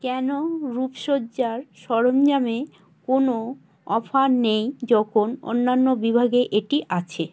কেন রূপসজ্জার সরঞ্জামে কোনো অফার নেই যখন অন্যান্য বিভাগে এটি আছে